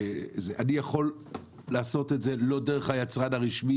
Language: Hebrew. אני יכול לעשות את זה לא דרך היצרן הרשמי